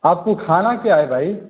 आपको खाना क्या है भाई